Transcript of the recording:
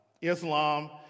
Islam